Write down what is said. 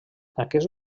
aquest